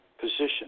position